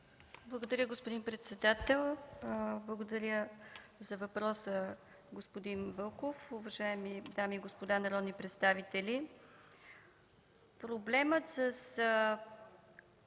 Благодаря, господин председател. Благодаря за въпроса, господин Вълков. Уважаеми дами и господа народни представители, проблемът с